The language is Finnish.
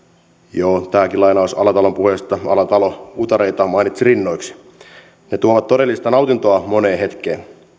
joo tämäkin lainaus alatalon puheesta alatalo utareita mainitsi rinnoiksi ne tuovat todellista nautintoa moneen hetkeen